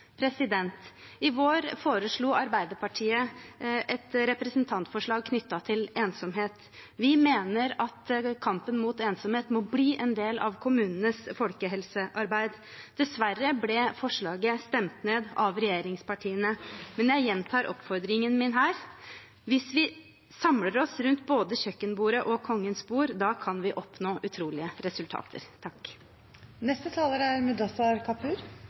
I vår hadde Arbeiderpartiet et representantforslag knyttet til ensomhet. Vi mener at kampen mot ensomhet må bli en del av kommunenes folkehelsearbeid. Dessverre ble forslaget stemt ned av regjeringspartiene. Men jeg gjentar oppfordringen min her: Hvis vi samler oss rundt både kjøkkenbordet og Kongens bord, kan vi oppnå utrolige resultater.